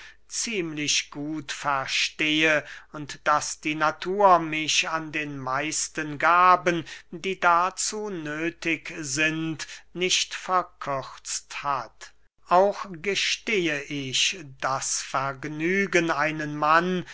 ziemlich gut verstehe und daß die natur mich an den meisten gaben die dazu nöthig sind nicht verkürzt hat auch gestehe ich das vergnügen einen mann